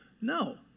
No